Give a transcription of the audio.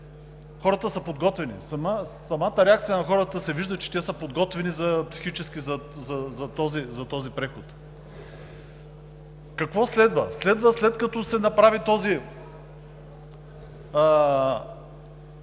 Хората са подготвени. От самата реакция на хората се вижда, че те са подготвени психически за този преход. Какво следва? След като се направи тази